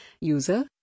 user